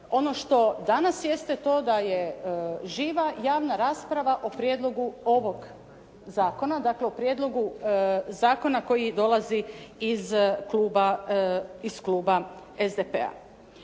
Ono što danas jeste to da je živa javna rasprava o prijedlogu ovog zakona, dakle o prijedlogu zakona koji dolazi iz kluba SDP-a.